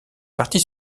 parties